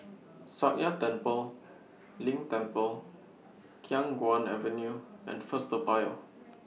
Sakya Tenphel Ling Temple Khiang Guan Avenue and First Toa Payoh